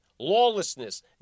lawlessness